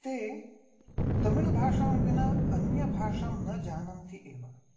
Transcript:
ते तमिळुभाषां विना अन्यभाषां न जानन्ति एव